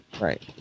right